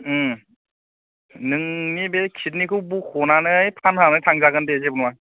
नोंनि बे किडनिखौ बख'नानै फाननानै थांजागोन दे जेबो नङा